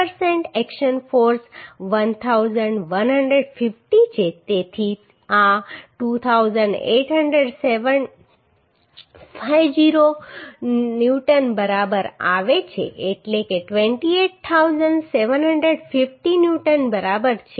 5 action force 1150 છે તેથી આ 28750 ન્યુટન બરાબર આવે છે